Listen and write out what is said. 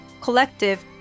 collective